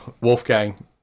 Wolfgang